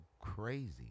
crazy